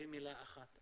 במילה אחת.